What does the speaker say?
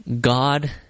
God